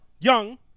young